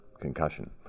concussion